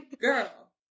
girl